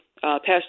passed